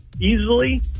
easily